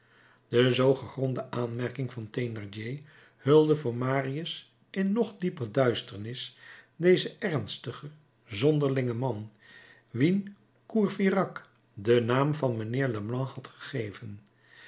de zoo gegronde aanmerking van thénardier hulde voor marius in nog dieper duisternis dezen ernstigen zonderlingen man wien courfeyrac den naam van mijnheer leblanc had gegeven